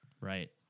Right